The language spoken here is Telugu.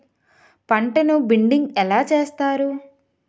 పంటను బిడ్డింగ్ ఎలా చేస్తారు?